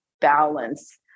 balance